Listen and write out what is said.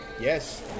Yes